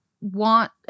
want